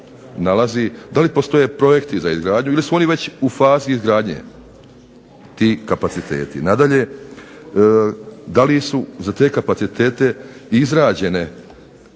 da li postoje projekti za izgradnju, ili su oni već u fazi izgradnje, ti kapaciteti. Nadalje, da li su za te kapacitete izrađene